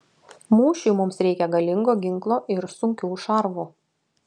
mūšiui mums reikia galingo ginklo ir sunkių šarvų